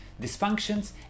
dysfunctions